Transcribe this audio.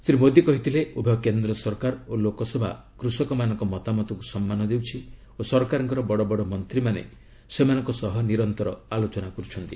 ଶ୍ରୀ ମୋଦୀ କହିଥିଲେ ଉଭୟ କେନ୍ଦ୍ର ସରକାର ଓ ଲୋକସଭା କୃଷକମାନଙ୍କ ମତାମତକୁ ସମ୍ମାନ ଦେଉଛି ଓ ସରକାରଙ୍କର ବଡ଼ବଡ଼ ମନ୍ତ୍ରୀମାନେ ସେମାନଙ୍କ ସହ ନିରନ୍ତର ଆଲୋଚନା କରୁଛନ୍ତି